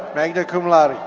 magna cum laude.